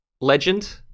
Legend